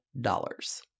dollars